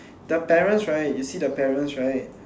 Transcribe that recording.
the parents right you see the parents right